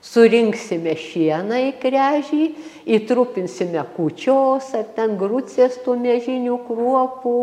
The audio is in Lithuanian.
surinksime šieną į krežį įtrupinsime kūčios ar ten grucės tų miežinių kruopų